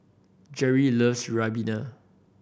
Gerri loves ribena